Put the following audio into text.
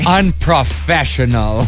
unprofessional